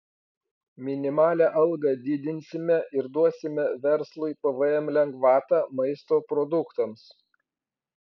minimalią algą didinsime ir duosime verslui pvm lengvatą maisto produktams